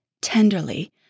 tenderly